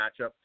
matchup